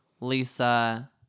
Lisa